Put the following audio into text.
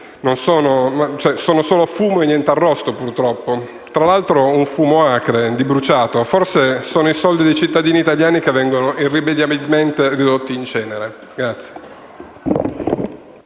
sono solo fumo e niente arrosto, purtroppo. Tra l'altro, si tratta di un fumo acre, di bruciato. Forse sono i soldi dei cittadini italiani che vengono irrimediabilmente ridotti in cenere.